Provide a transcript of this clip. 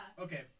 Okay